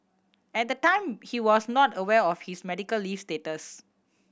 at the time he was not aware of his medical leave status